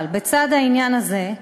אבל בצד העניין הזה,